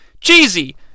Cheesy